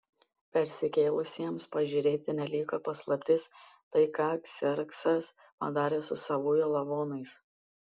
persikėlusiems pažiūrėti neliko paslaptis tai ką kserksas padarė su savųjų lavonais